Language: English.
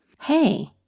hey